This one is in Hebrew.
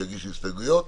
שיגיש הסתייגויות.